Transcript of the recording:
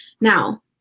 Now